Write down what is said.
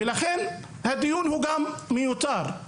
לכן, הדיון הוא מיותר,